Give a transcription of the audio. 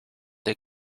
they